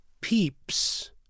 peeps